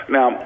Now